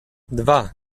dwa